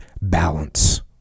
balance